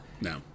No